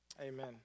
amen